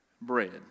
bread